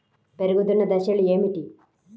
పెరుగుతున్న దశలు ఏమిటి?